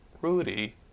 Rudy